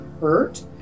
hurt